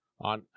on